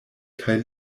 kaj